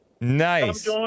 Nice